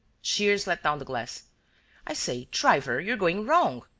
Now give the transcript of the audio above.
shears let down the glass i say, driver, you're going wrong.